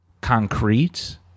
concrete